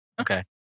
Okay